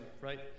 right